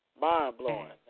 mind-blowing